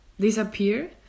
disappear